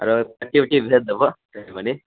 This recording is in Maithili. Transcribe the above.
आरो पट्टी उट्टी भेज देबऽ कनी मनी